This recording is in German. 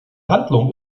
handlung